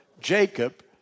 Jacob